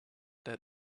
that